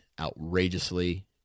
outrageously